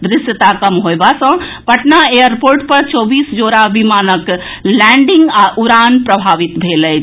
दृष्यता कम होयबा सॅ पटना एयरपोर्ट पर चौबीस जोड़ा विमानक लैंडिंग आ उड़ान प्रभावित मेल अछि